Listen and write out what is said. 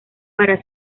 para